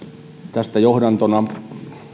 tästä johdantona sitä